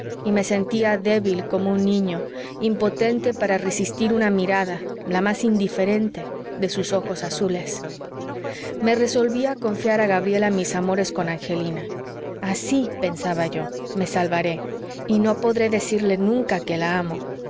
y me sentía débil como un niño impotente para resistir una mirada la más indiferente de sus ojos azules me resolví a confiar a gabriela mis amores con angelina así pensaba yo me salvaré y no podré decirle nunca que la amo